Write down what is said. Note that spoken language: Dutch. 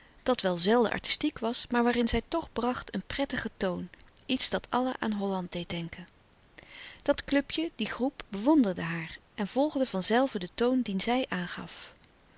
dat wel zelden artistiek was maar waarin zij toch bracht een prettigen toon iets dat allen aan holland deed denken dat clubje die groep bewonderde haar en volgde van zelve den toon dien zij aangaf